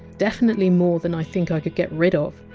definitely more than i think i can get rid of.